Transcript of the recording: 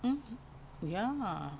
mmhmm ya